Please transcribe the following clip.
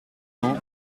cent